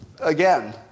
Again